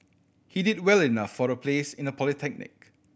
he did well enough for a place in a polytechnic